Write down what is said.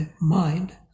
mind